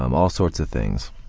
um all sorts of things.